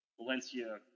Valencia